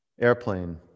Airplane